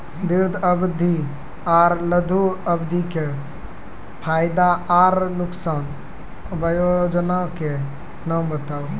दीर्घ अवधि आर लघु अवधि के फायदा आर नुकसान? वयोजना के नाम बताऊ?